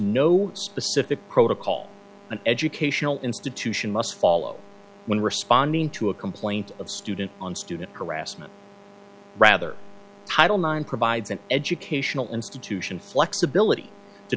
no specific protocol an educational institution must follow when responding to a complaint of student on student harassment rather title nine provides an educational institution flexibility to